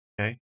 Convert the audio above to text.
okay